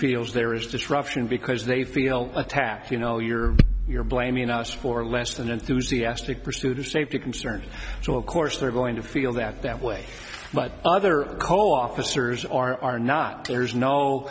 feels there is disruption because they feel attacked you know you're you're blaming us for less than enthusiastic pursuit of safety concerns so of course they're going to feel that that way but other coal officers are are not there's no